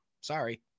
Sorry